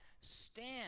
Stand